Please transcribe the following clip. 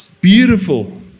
Beautiful